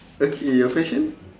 okay your question